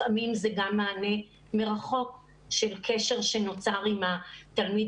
לפעמים זה גם מענה מרחוק של קשר שנוצר עם התלמיד